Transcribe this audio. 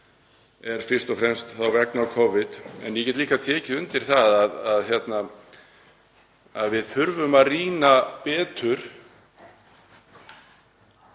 er fyrst og fremst vegna Covid. En ég get líka tekið undir að við þurfum að rýna betur